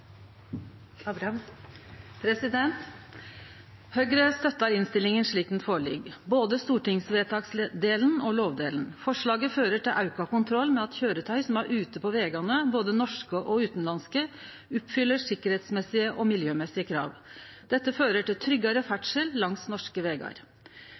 slik ho ligg føre, både stortingsvedtaksdelen og lovdelen. Forslaget fører til auka kontroll med at køyretøya som er ute på vegane, både norske og utanlandske, oppfyller krava til sikkerheit og miljø. Dette fører til